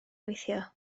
weithio